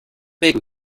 بگو